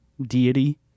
deity